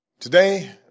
Today